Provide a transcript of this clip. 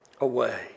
away